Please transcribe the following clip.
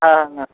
হ্যাঁ হ্যাঁ